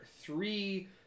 three